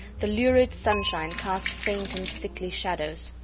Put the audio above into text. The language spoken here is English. the lurid sunshine cast faint and sickly shadows.